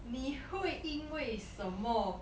你会因为什么